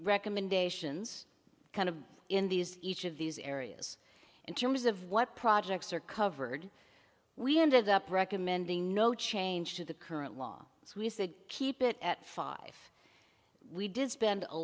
recommendations kind of in these each of these areas in terms of what projects are covered we ended up recommending no change to the current law as we said keep it at five we did spend a